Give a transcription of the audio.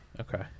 Okay